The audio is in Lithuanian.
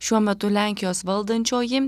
šiuo metu lenkijos valdančioji